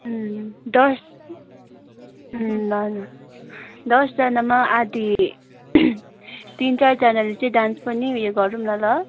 अँ दस अँ ल ल दसजनामा आधा तिन चारजनाले चाहिँ डान्स पनि उयो गरौँ न ल